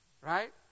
Right